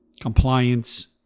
compliance